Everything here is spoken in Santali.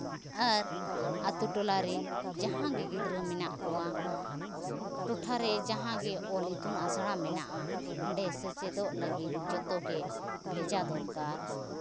ᱟᱨ ᱟᱛᱳ ᱴᱚᱞᱟ ᱨᱮᱱ ᱡᱟᱦᱟᱸ ᱜᱮ ᱜᱤᱫᱽᱨᱟᱹ ᱢᱮᱱᱟᱜ ᱠᱚᱣᱟ ᱴᱚᱴᱷᱟᱨᱮ ᱡᱟᱦᱟᱸ ᱜᱮ ᱚᱞ ᱤᱛᱩᱱ ᱟᱥᱲᱟ ᱢᱮᱱᱟᱜᱼᱟ ᱚᱸᱰᱮ ᱥᱮᱪᱮᱫᱚᱜ ᱞᱟᱹᱜᱤᱫ ᱡᱚᱛᱚ ᱜᱮ ᱵᱷᱮᱡᱟ ᱫᱚᱨᱠᱟᱨ